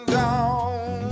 down